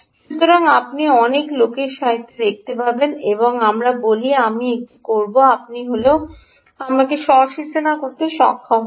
সুতরাং আপনি অনেক লোকের সাহিত্যে দেখতে পাবেন আমরা বলি আমি একটি করব আমি হল আমরা স্ব সূচনা করতে সক্ষম হব